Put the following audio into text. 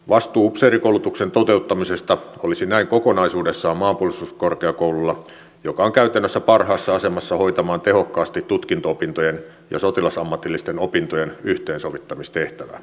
vastuu upseerikoulutuksen toteuttamisesta olisi näin kokonaisuudessaan maanpuolustuskorkeakoululla joka on käytännössä parhaassa asemassa hoitamaan tehokkaasti tutkinto opintojen ja sotilasammatillisten opintojen yhteensovittamistehtävää